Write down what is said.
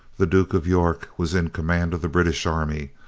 the duke of york was in command of the british army,